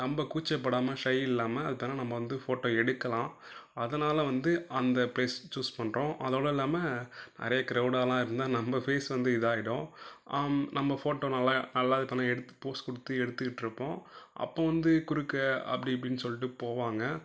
நம்ப கூச்சப்படாமல் ஷை இல்லாமல் நம்ம வந்து ஃபோட்டோ எடுக்கலாம் அதனால் வந்து அந்த ப்ளேஸ் சூஸ் பண்ணுறோம் அதோடல்லாமல் நிறைய க்ரௌடாலாம் இருந்தால் நம்ம ஃபேஸ் வந்து இதாகிடும் நம்ப ஃபோட்டோ நல்லா நல்லா இப்போ நான் எடுத்து போஸ் கொடுத்து எடுத்துக்கிட்டிருப்போம் அப்போது வந்து குறுக்கே அப்டி இப்படீன்னு சொல்லிட்டு போவாங்க